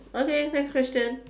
okay next question